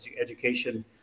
education